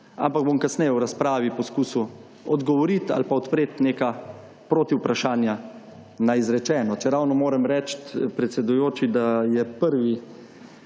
ampak bom kasneje v razpravi poskusil odgovoriti ali pa odpreti neka protivprašanja na izrečeno, čeravno moram reči, predsedujoči, da je prvi,